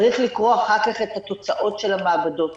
צריך לקרוא אחר כך את התוצאות של התשובות.